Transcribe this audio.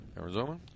Arizona